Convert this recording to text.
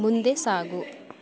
ಮುಂದೆ ಸಾಗು